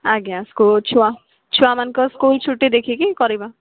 ଆଜ୍ଞା ସ୍କୁଲ୍ ଛୁଆ ଛୁଆମାନଙ୍କ ସ୍କୁଲ୍ ଛୁଟି ଦେଖିକି କରିବା